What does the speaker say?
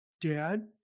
dad